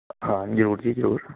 ਹਾਂ ਜ਼ਰੂਰ ਜੀ ਜ਼ਰੂਰ